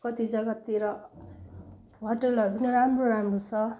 कति जग्गातिर होटलहरू पनि राम्रो राम्रो छ